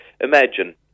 imagine